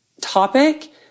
topic